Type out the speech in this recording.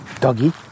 Doggy